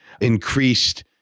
increased